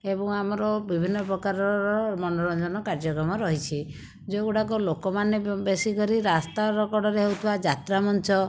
ଏବଂ ଆମର ବିଭିନ୍ନ ପ୍ରକାରର ମନୋରଞ୍ଜନ କାର୍ଯ୍ୟକ୍ରମ ରହିଛି ଯେଉଁଗୁଡ଼ାକ ଲୋକମାନେ ବେଶୀ କରି ରାସ୍ତାରକଡ଼ରେ ହେଉଥିବା ଯାତ୍ରାମଞ୍ଚ